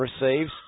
receives